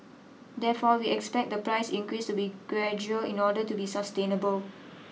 therefore we expect the price increase to be gradual in order to be sustainable